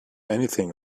anything